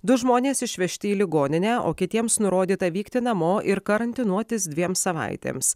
du žmonės išvežti į ligoninę o kitiems nurodyta vykti namo ir karantinuotis dviem savaitėms